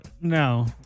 No